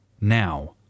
Now